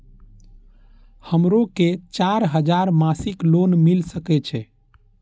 हमरो के चार हजार मासिक लोन मिल सके छे?